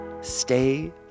Stay